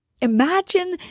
Imagine